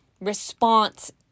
response